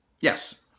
yes